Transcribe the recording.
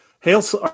Hale's